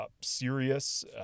serious